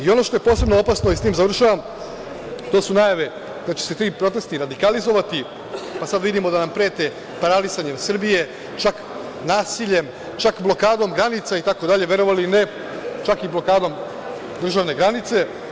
Ono što je posebno opasno to su najave da će se ti protesti radikalizovati, pa sad vidimo da nam prete paralisanjem Srbije, čak nasiljem, čak blokadom granica, verovali ili ne, čak i blokadom državne granice.